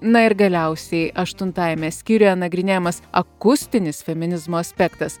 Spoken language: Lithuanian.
na ir galiausiai aštuntajame skyriuje nagrinėjamas akustinis feminizmo aspektas